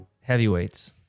heavyweights